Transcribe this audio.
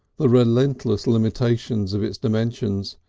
the relentless limitations of its dimensions,